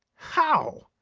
how!